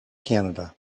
canada